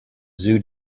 zoo